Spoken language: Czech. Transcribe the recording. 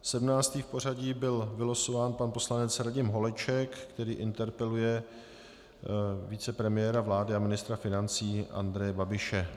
Sedmnáctý v pořadí byl vylosován pan poslanec Radim Holeček, který interpeluje vicepremiéra vlády a ministra financí Andreje Babiše.